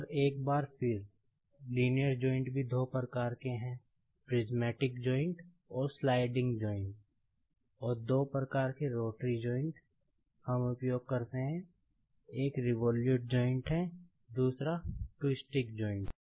और एक बार फिर लीनियर जॉइंट् भी दो प्रकार के है प्रिस्मैटिक जॉइंट् और स्लाइडिंग जॉइंट् और दो प्रकार के रोटरी जॉइंट् हम उपयोग करते हैं एक रिवोल्युट जॉइंट् है दूसरा ट्विस्टिंग जॉइंट् है